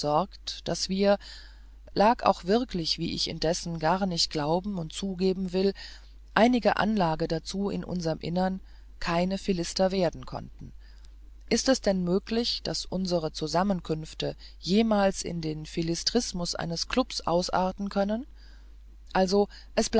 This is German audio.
daß wir lag auch wirklich wie ich indessen gar nicht glauben und zugeben will einige anlage dazu in unserm innern keine philister werden konnten ist es denn möglich daß unsere zusammenkünfte jemals in den philistrismus eines klubs ausarten können also